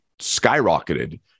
skyrocketed